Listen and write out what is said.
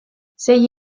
sei